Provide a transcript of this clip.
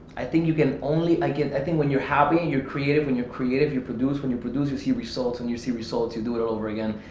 i think you can only, i think when you're happy, you're creative. when you're creative you produce. when you produce you see results. when you see results you do it over again.